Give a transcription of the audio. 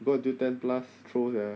you go until ten plus troll sia